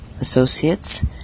associates